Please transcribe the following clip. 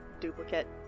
duplicate